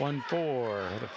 one for the